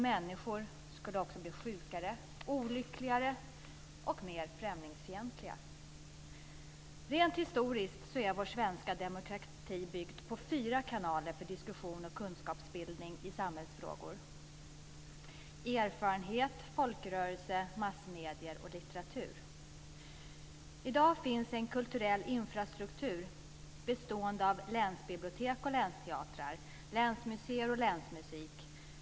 Människor skulle också bli sjukare, olyckligare och mer främlingsfientliga. Rent historiskt är vår svenska demokrati byggd på fyra kanaler för diskussion och kunskapsbildning i samhällsfrågor: erfarenhet, folkrörelser, massmedier och litteratur. I dag finns en kulturell infrastruktur bestående av länsbibliotek och länsteatrar, länsmuseer och länsmusik.